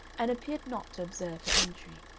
and appeared not to observe her entry.